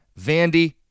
Vandy